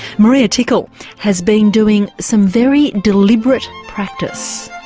maria tickle has been doing some very deliberate practice.